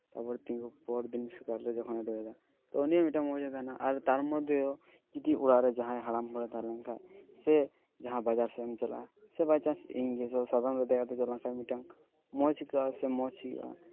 ᱛᱟᱯᱚᱨ ᱛᱤᱸᱜᱩ ᱯᱚᱨ ᱫᱤᱱ ᱥᱮᱛᱟᱜ ᱨᱮ ᱡᱚᱠᱷᱚᱱᱮᱭ ᱫᱟᱹᱲ ᱫᱟ ᱛᱚ ᱩᱱᱤ ᱦᱚᱸ ᱢᱤᱫᱴᱟᱱ ᱢᱚᱡᱮᱭ ᱛᱟᱦᱮᱱᱟ ᱟᱨ ᱛᱟᱨ ᱢᱚᱫᱽᱫᱷᱮᱣ ᱡᱩᱫᱤᱣ ᱚᱲᱟᱜ ᱨᱮ ᱡᱟᱦᱟᱸᱭ ᱦᱟᱲᱟᱢ ᱦᱚᱲᱮ ᱛᱟᱦᱮᱞᱮᱱ ᱠᱷᱟᱡ ᱥᱮ ᱡᱟᱦᱟᱸ ᱵᱟᱡᱟᱨ ᱥᱮᱡ ᱮᱢ ᱪᱟᱞᱟᱜᱼᱟ ᱥᱮ ᱵᱟᱭᱪᱟᱱᱥ ᱤᱧ ᱜᱮ ᱥᱟᱫᱚᱢ ᱨᱮ ᱫᱚᱡ ᱠᱟᱛᱮᱫᱪᱟᱞᱟᱣ ᱞᱮᱱᱠᱷᱟᱡ ᱢᱤᱫᱴᱟᱝ ᱢᱚᱡᱽ ᱟᱹᱭᱠᱟᱹᱜᱼᱟ ᱥᱮ ᱢᱚᱡᱽ ᱦᱩᱭᱩᱜᱼᱟ